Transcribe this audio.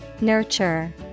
Nurture